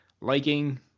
liking